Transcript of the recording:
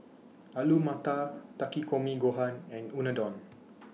Alu Matar Takikomi Gohan and Unadon